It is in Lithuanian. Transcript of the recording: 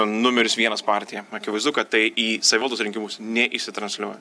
numeris vienas partija akivaizdu kad tai į savivaldos rinkimus neįsitransliuoja